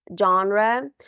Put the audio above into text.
genre